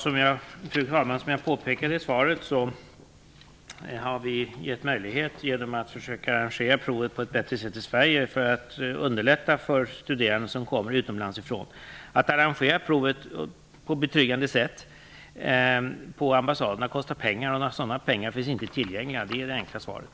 Fru talman! Som jag påpekade i svaret har vi genom att försöka arrangera provet på ett bättre sätt i Sverige underlättat för de studerande som har varit utomlands. Att arrangera provet på betryggande sätt på ambassaderna kostar pengar och några sådana pengar finns inte tillgängliga. Det är det enkla svaret.